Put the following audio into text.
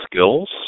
skills